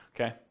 Okay